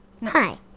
Hi